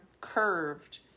curved